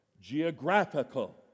geographical